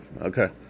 okay